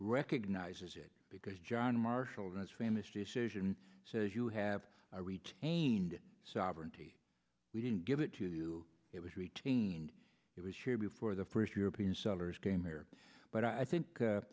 recognizes it because john marshall that's famous decision says you have retained sovereignty we didn't give it to you it was retained it was here before the first european settlers came here but i think